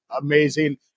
amazing